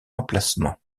emplacement